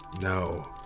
No